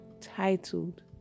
titled